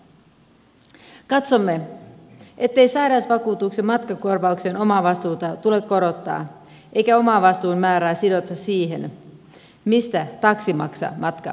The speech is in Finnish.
katsomme ettei sairausvakuutuksen matkakorvauksen omavastuuta tule korottaa eikä omavastuun määrää sitoa siihen mistä taksimatka on tilattu